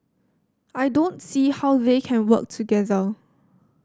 I don't see how they can work together